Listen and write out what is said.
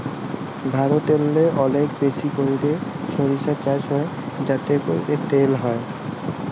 ভারতেল্লে অলেক বেশি ক্যইরে সইরসা চাষ হ্যয় যাতে ক্যইরে তেল হ্যয়